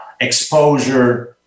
exposure